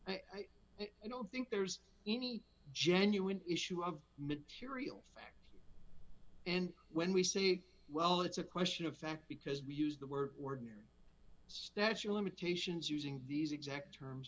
i don't think there's any genuine issue of material fact and when we say well it's a question of fact because we use the word ordinary statute of limitations using these exact terms